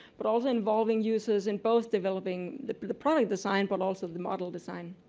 but also involving users in both developing the the product design, but also the model design.